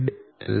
Vphase